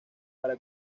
para